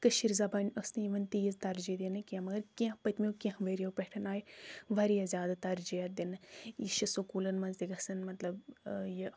کٲشر زبان ٲسۍ نہٕ یِوان تیٖژ ترجی دِنہٕ کینٛہہ مگر کینٛہہ پٔتمو کینٛہہ ؤرۍ یو پٮ۪ٹھ آیہِ واریاہ زیادٕ ترجی اَتھ دِنہٕ یہِ چھُ سکولن منٛز تہِ گژھان مطلب یہِ